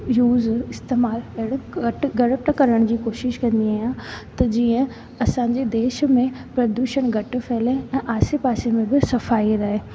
use इस्तेमाल अहिड़ो घटि घटि करण जी कोशिश कंदी आहियां त जीअं असांजे देश में प्रदूषण घटि फैले ऐं आसे पासे में बि सफ़ाई रहे